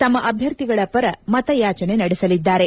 ತಮ್ಮ ಅಭ್ವರ್ಥಿಗಳ ಪರ ಮತಯಾಚನೆ ನಡೆಸಲಿದ್ದಾರೆ